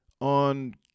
on